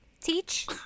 teach